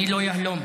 אני לא יהלום.